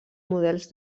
models